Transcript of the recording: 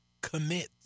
Commit